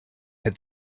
had